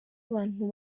abantu